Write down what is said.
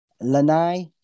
Lanai